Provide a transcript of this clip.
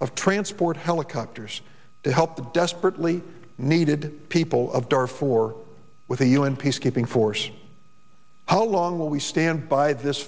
of transport helicopters to help the desperately needed people of daraa for with a un peacekeeping force how long will we stand by this